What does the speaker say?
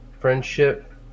friendship